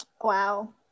Wow